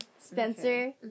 Spencer